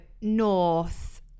North